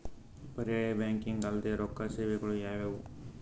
ಪರ್ಯಾಯ ಬ್ಯಾಂಕಿಂಗ್ ಅಲ್ದೇ ರೊಕ್ಕ ಸೇವೆಗಳು ಯಾವ್ಯಾವು?